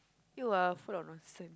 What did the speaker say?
you ah full of nonsense